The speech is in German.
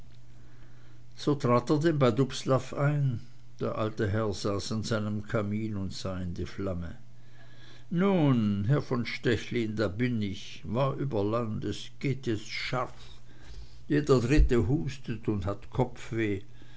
bei dubslav ein der alte herr saß an seinem kamin und sah in die flamme nun herr von stechlin da bin ich war über land es geht jetzt scharf jeder dritte hustet und hat kopfweh